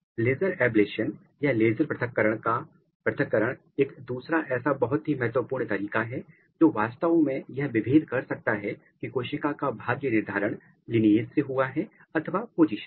laser ablation laser पृथक्करण एक दूसरा ऐसा बहुत ही महत्वपूर्ण तरीका है जो वास्तव में यह विभेद कर सकता है की कोशिका का भाग्य निर्धारण लीनिएज से हुआ है अथवा पोजीशन से